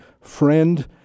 Friend